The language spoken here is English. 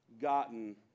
gotten